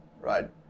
right